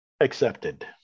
Accepted